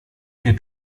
mir